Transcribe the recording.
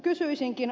kysynkin